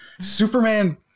Superman